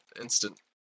instant